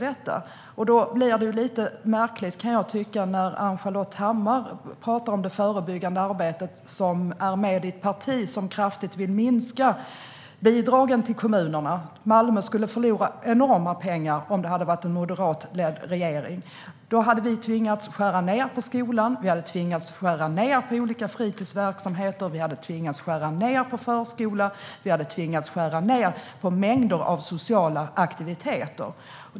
Det blir lite märkligt när Ann-Charlotte Hammar talar om det förebyggande arbetet. Hon är med i ett parti som kraftigt vill minska bidragen till kommunerna. Malmö skulle ha förlorat enormt mycket pengar med en moderatledd regering. Då hade man tvingats skära ned på skolan. Man hade tvingats skära ned på olika fritidsverksamheter. Man hade tvingats skära ned på förskolan. Och man hade tvingats skära ned på mängder av sociala aktiviteter.